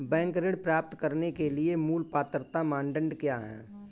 Bank ऋण प्राप्त करने के लिए मूल पात्रता मानदंड क्या हैं?